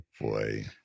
boy